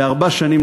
בארבע שנים,